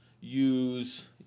use